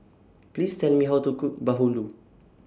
Please Tell Me How to Cook Bahulu